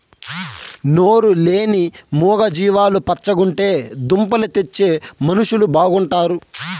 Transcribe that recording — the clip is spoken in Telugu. నోరు లేని మూగ జీవాలు పచ్చగుంటే దుంపలు తెచ్చే మనుషులు బాగుంటారు